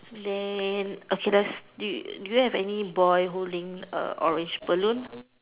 then okay let's do you do you have any boy holding a orange balloon